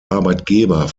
arbeitgeber